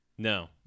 No